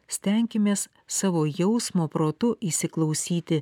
stenkimės savo jausmo protu įsiklausyti